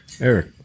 Eric